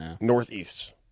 northeast